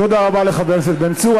תודה רבה לחבר הכנסת בן צור.